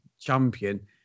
champion